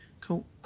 cool